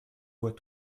vois